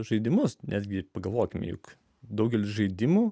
žaidimus netgi pagalvokime juk daugelis žaidimų